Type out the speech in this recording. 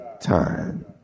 time